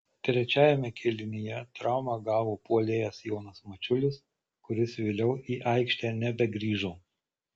trečiajame kėlinyje traumą gavo puolėjas jonas mačiulis kuris vėliau į aikštę nebegrįžo